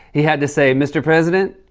he had to say, mr. president,